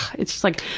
it's just like,